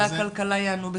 משרד האוצר והכלכלה יענו בסיום.